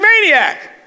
maniac